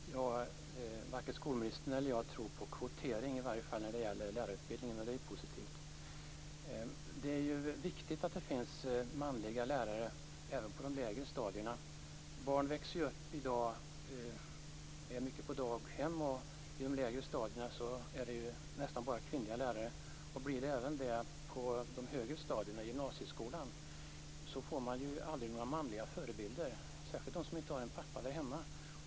Fru talman! Varken skolministern eller jag tror på kvotering i lärarutbildningen, och det är positivt. Det är viktigt att det finns manliga lärare även på de lägre stadierna. Barn är i dag mycket på daghem. På de lägre stadierna är det nästan bara kvinnliga lärare. Blir det så även i gymnasieskolan får man aldrig några manliga förebilder, särskilt om man inte har någon pappa hemma.